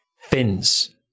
fins